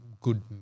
good